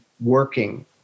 working